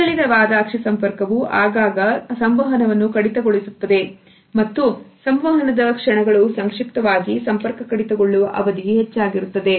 ವಿಚಲಿತವಾದ ಅಕ್ಷಿ ಸಂಪರ್ಕವೂ ಆಗಾಗ ಸಂವಹನವನ್ನು ಕಡಿತಗೊಳಿಸುತ್ತದೆ ಮತ್ತು ಸಂವಹನದ ಕ್ಷಣಗಳು ಸಂಕ್ಷಿಪ್ತವಾಗಿ ಸಂಪರ್ಕ ಕಡಿತಗೊಳ್ಳುವ ಅವಧಿ ಹೆಚ್ಚಾಗಿರುತ್ತದೆ